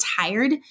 tired